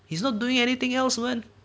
he's not doing anything else what